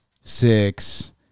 six